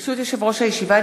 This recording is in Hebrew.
ברשות יושב-ראש הישיבה,